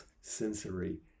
sensory